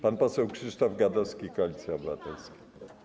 Pan poseł Krzysztof Gadowski, Koalicja Obywatelska.